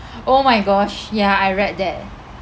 oh my gosh ya I read that